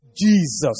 Jesus